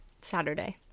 Saturday